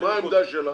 מה העמדה שלה?